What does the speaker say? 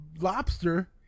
lobster